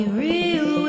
real